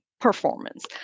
performance